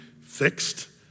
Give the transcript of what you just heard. fixed